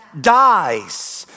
dies